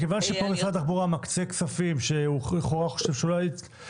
מכיוון שפה משרד התחבורה מקצה כספים שלכאורה הוא חושב שהשלטון